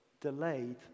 delayed